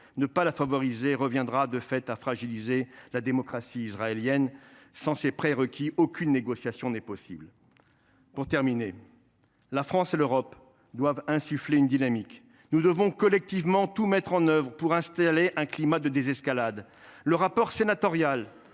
ne pas la favoriser, cela reviendrait, de fait, à fragiliser la démocratie israélienne. Sans ces prérequis, aucune négociation n’est possible. La France et l’Europe doivent insuffler une dynamique. Nous devons collectivement tout mettre en œuvre pour installer un climat de désescalade. Le rapport d’information